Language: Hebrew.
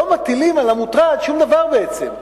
לא מטילים על המוטרד שום דבר בעצם.